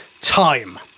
time